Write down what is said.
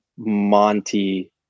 Monty